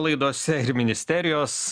laidose ir ministerijos